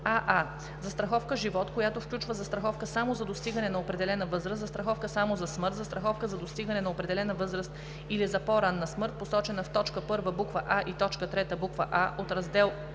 аа) застраховка „Живот“, която включва застраховка само за достигане на определена възраст, застраховка само за смърт, застраховка за достигане на определена възраст или за по-ранна смърт, посочена в т. 1, буква „а“ и т. 3, буква „а“ от раздел